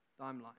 timeline